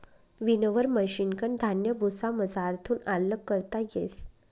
winnower मशिनकन धान्य भुसामझारथून आल्लग करता येस